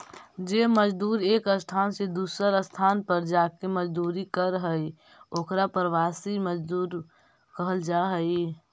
जे मजदूर एक स्थान से दूसर स्थान पर जाके मजदूरी करऽ हई ओकर प्रवासी मजदूर कहल जा हई